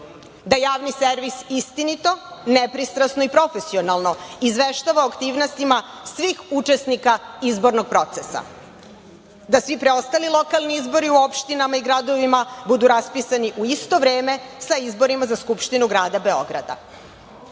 da Javni servis istinito, nepristrasno i profesionalno izveštava o aktivnostima svih učesnika izbornog procesa, da svi preostali lokalni izbori u opštinama i gradovima budu raspisani u isto vreme sa izborima za Skupštinu Grada Beograda. Započeti